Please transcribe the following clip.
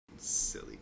Silly